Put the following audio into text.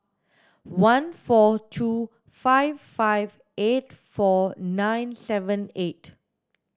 one four two five five eight four nine seven eight